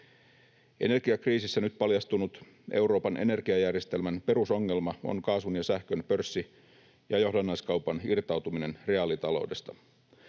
Energiakriisissä nyt paljastunut Euroopan energiajärjestelmän perusongelma on kaasun ja sähkön pörssi‑ ja johdannaiskaupan irtautuminen reaalitaloudesta.